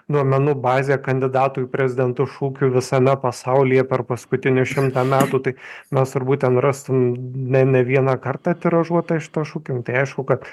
duomenų bazė kandidatų į prezidentu šūkiu visame pasaulyje per paskutinius šimtą metų tai mes turbūt ten rastum ne ne vieną kartą tiražuotą šitą šūkį nu tai aišku kad